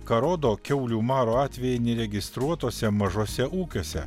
ką rodo kiaulių maro atvejai neregistruotuose mažuose ūkiuose